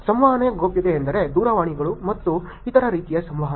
ಸಂವಹನ ಗೌಪ್ಯತೆಯೆಂದರೆ ದೂರವಾಣಿಗಳು ಮತ್ತು ಇತರ ರೀತಿಯ ಸಂವಹನ